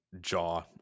jaw